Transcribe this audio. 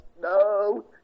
no